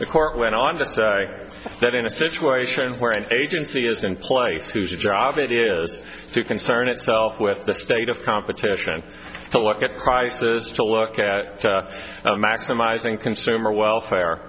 the court went on to say that in a situation where an agency is in place whose job it is to concern itself with the state of competition to look at prices to look at maximizing consumer welfare